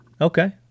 Okay